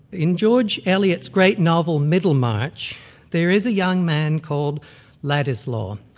in george eliot's great novel middlemarch there is a young man called ladislaw,